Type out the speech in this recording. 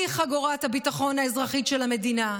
שהיא חגורת הביטחון האזרחית של המדינה.